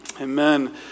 Amen